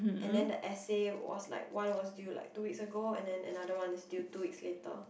and then the essay was like one was due like two weeks ago and then another one is due two weeks later